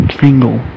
single